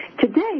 Today